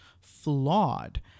flawed